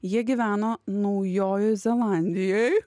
jie gyveno naujojoj zelandijoj